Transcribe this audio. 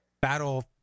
Battle